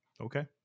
Okay